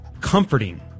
comforting